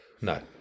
No